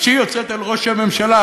נפשי יוצאת אל ראש הממשלה.